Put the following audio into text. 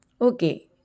Okay